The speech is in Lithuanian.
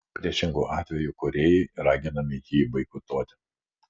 priešingu atveju kūrėjai raginami jį boikotuoti